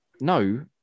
No